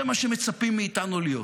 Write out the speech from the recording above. זה מה שמצפים מאיתנו להיות.